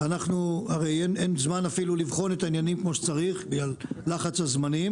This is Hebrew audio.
אנחנו הרי אין זמן אפילו לבחון את העניינים כמו שצריך בגלל לחץ הזמנים,